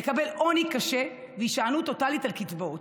נקבל עוני קשה והישענות טוטלית על קצבאות.